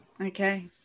Okay